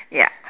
ya